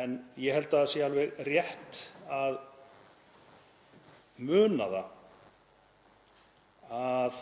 En ég held að það sé alveg rétt að muna að